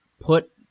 put